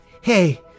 Hey